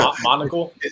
monocle